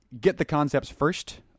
get-the-concepts-first